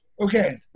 Okay